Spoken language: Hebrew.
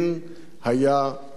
היה מדינאי.